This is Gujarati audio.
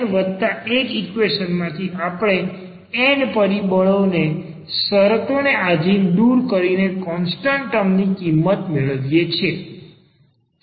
આથી અહીં મળતા n વત્તા 1 ઈક્વેશન માંથી આપણે n પરિબળોને શરતોને આધીન દૂર કરીને કોન્સ્ટન્ટ ટર્મની કિંમત મેળવીએ છે